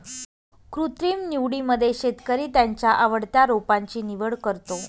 कृत्रिम निवडीमध्ये शेतकरी त्याच्या आवडत्या रोपांची निवड करतो